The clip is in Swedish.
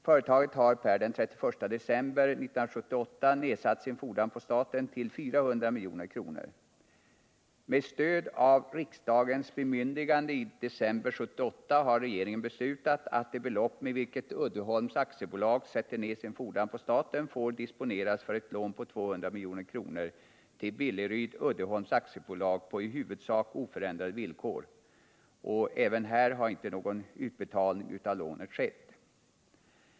Företaget har per den 31 december 1978 nedsatt sin fordran på staten till 400 milj.kr. Med stöd av riksdagens bemyndigande i december 1978 har regeringen beslutat att det belopp med vilket Uddeholms AB sätter ned sin fordran på staten får disponeras för ett lån på 200 milj.kr. till Billerud Uddeholm AB på i huvudsak oförändrade villkor. Inte heller i detta fall har någon utbetalning av lånet skett.